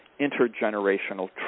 intergenerational